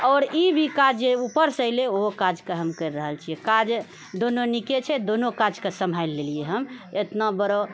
आओर ई भी काज जे ऊपरसँ एलै ओहो काजके हम करि रहल छी काज दुनू नीके छै दुनू काजके सम्हालि लेलिऐ हम एतना बड़ो